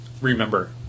remember